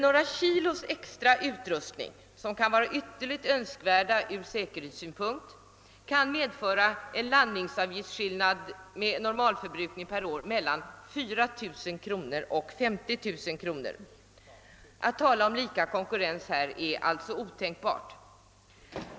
Några kilos extra utrustning, som kan vara ytterst önskvärd från säkerhetssynpunkt, kan medföra en landningsavgiftsskillnad vid årlig normalanvändning som motsvarar skillnaden mellan 4000 kronor och minst 50 000 kronor. Att tala om lika konkurrens härvidlag är alltså otänkbart.